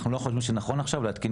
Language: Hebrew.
אנחנו לא חושבים שזה נכון עכשיו להתקין